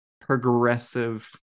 progressive